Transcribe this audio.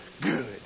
good